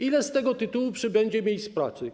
Ile z tego tytułu przybędzie miejsc pracy?